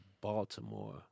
Baltimore